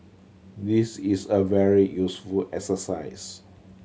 this is a very useful exercise